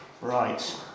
Right